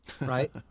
Right